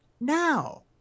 now